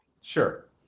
Sure